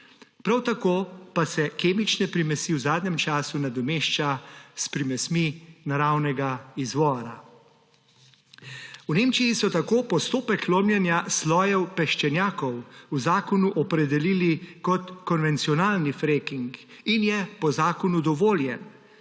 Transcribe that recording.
Prav tako pa se kemične primesi v zadnjem času nadomešča s primesmi naravnega izvora. V Nemčiji so tako postopek lomljenja slojev peščenjakov v zakonu opredelili kot konvencionalni fracking in je po zakonu dovoljen,